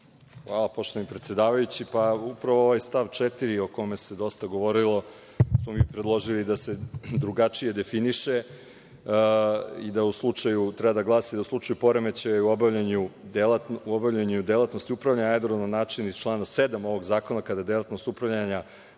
Hvala poštovani predsedavajući. Upravo ovaj stav 4. o kome se dosta govorilo smo mi predložili da se drugačije definiše. Treba da glasi da u slučaju poremećaja u obavljanju delatnosti upravljanja aerodrom na način iz člana 7. ovog zakona kada je delatnost upravljanja